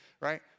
right